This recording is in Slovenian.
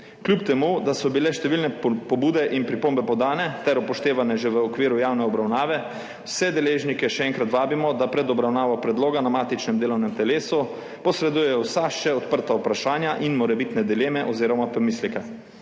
Kljub temu, daso bile številne pobude in pripombe podane ter upoštevane že v okviru javne obravnave, vse deležnike še enkrat vabimo, da pred obravnavo predloga na matičnem delovnem telesu posredujejo vsa še odprta vprašanja in morebitne dileme oziroma pomisleke.